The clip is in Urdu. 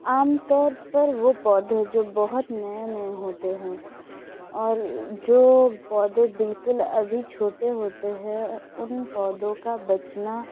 عام طور پر وہ پودے جو بہت نئے نئے ہوتے ہیں اور جو پودے بالکل ابھی چھوٹے ہوتے ہیں ان پودوں کا بچنا